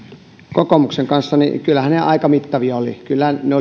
kokoomuksen kanssa niin kyllähän ne aika mittavia olivat kyllä ne